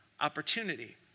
opportunity